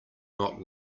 not